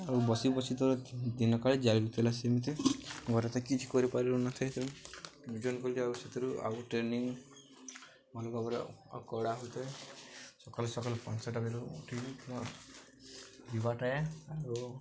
ଆଉ ବସି ବସି ତୋର ଦିନ କାଳେ ଜା ବି ଥିଲା ସେମିତି ଘରେ ତ କିଛି କରିପାରିଲୁନଥାଏ ତ ଜଏନ୍ କଲି ଆଉ ସେଥିରୁ ଆଉ ଟ୍ରେନିଙ୍ଗ ମନଭାବର ଆଉ କଡ଼ା ହୋଇଥାଏ ସକାଳୁ ସକାଳୁ ପାଞ୍ଚଟା ବେଳୁ ଉଠି ଯିବାଟାଏ ଆଉ